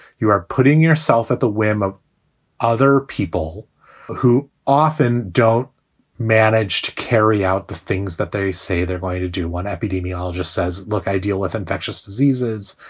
you are putting your. self at the whim of other people who often don't manage to carry out the things that they say they're going to do, when epidemiologist says, look, i deal with infectious diseases.